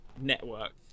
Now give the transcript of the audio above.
network